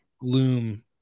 gloom